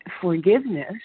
Forgiveness